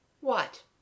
What